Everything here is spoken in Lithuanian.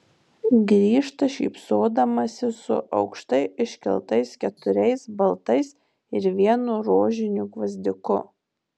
grįžta šypsodamasi su aukštai iškeltais keturiais baltais ir vienu rožiniu gvazdiku